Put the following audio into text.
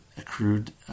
accrued